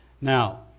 Now